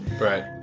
Right